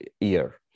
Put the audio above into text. year